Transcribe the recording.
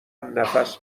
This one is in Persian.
نفس